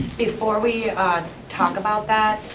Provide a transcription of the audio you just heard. before we talk about that,